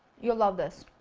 you'll love this!